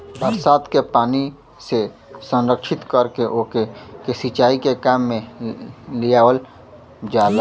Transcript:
बरसात के पानी से संरक्षित करके ओके के सिंचाई के काम में लियावल जाला